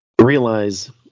realize